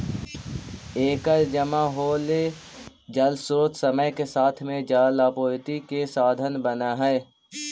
एकर जमा होल जलस्रोत समय के साथ में जलापूर्ति के साधन बनऽ हई